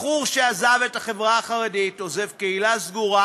בחור שעזב את החברה החרדית עוזב קהילה סגורה